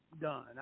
done